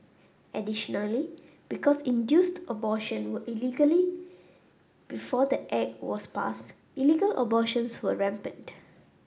additionally because induced abortion were illegally before the Act was passed illegal abortions were rampant